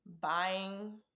buying